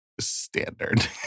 standard